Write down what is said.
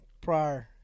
prior